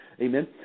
Amen